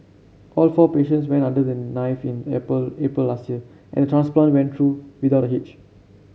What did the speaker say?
all four patients went under the knife in April April last year and transplant went through without a hitch